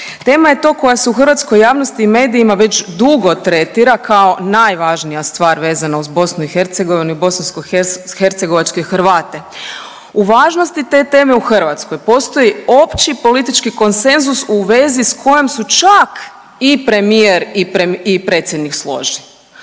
Tema je to koja se u hrvatskoj javnosti i medijima već dugo tretira kao najvažnija stvar vezana uz BiH i bosansko-hercegovačke Hrvate. U važnosti te teme u Hrvatskoj postoji opći politički konsenzus u vezi s kojim su čak i premijer i predsjednik složni.